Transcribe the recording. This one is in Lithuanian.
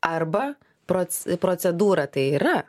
arba proc procedūra tai yra